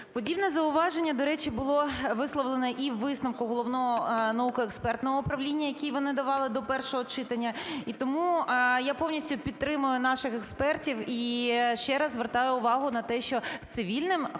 Подібне зауваження, до речі, було висловлене і у висновку Головного науково-експертного управління, який вони давали до першого читання. І тому я повністю підтримую наших експертів, і ще раз звертаю увагу на те, що Цивільним кодексом